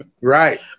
Right